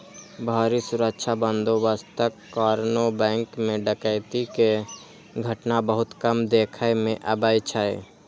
भारी सुरक्षा बंदोबस्तक कारणें बैंक मे डकैती के घटना बहुत कम देखै मे अबै छै